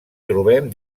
trobem